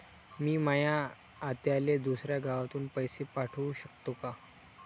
मी माया आत्याले दुसऱ्या गावातून पैसे पाठू शकतो का?